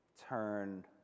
turn